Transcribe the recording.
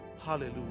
Hallelujah